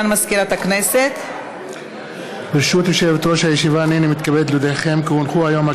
חברי כנסת בעד, אין מתנגדים, אין נמנעים.